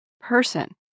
person